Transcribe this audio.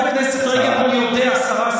השרה,